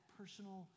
personal